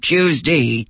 Tuesday